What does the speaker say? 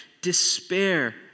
despair